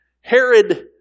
Herod